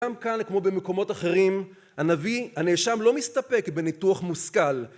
גם כאן, כמו במקומות אחרים, הנביא הנאשם לא מסתפק בניתוח מושכל.